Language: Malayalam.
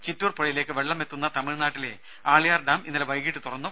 ചിറ്റൂർ പുഴയിലേക്ക് വെള്ളം എത്തുന്ന തമിഴ്നാട്ടിലെ ആളിയാർ ഡാം ഇന്നലെ വൈകീട്ട് തുറന്നു